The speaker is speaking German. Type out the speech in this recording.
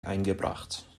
eingebracht